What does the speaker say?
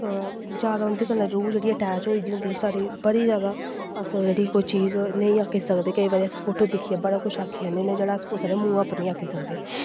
जैदा उं'दे कन्नै रू अटैच होई दी होंदी ही साढ़ी बड़ी जैदा अस कोई जेह्ड़ी चीज़ां नेईं आक्खी सकने केईं बारी अस फोटो दिक्खियै बड़ा कुछ आक्खी जन्ने होन्ने जेह्ड़ा अस कुसै दे मुहां पर नेईं आक्खी सकने